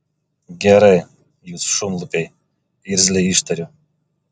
gerai jūs šunlupiai irzliai ištariu